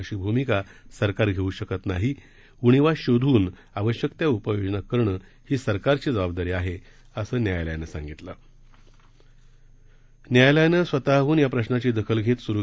अशी भूमिका सरकार घेऊ शकत नाही उणिवा शोधून आवश्यक त्या उपाययोजना करणं ही सरकारची जबाबदारी आहे असं न्यायालयानं सांगितलंन्यायालयानं स्वतःहून या प्रशाची दखल घेत सुरु